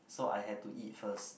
so I had to eat first